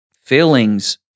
Feelings